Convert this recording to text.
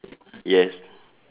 yes